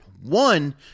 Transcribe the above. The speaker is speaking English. One